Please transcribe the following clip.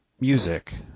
music